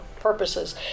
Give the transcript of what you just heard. purposes